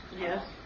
Yes